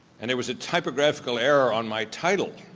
and there was a typographical error on my title.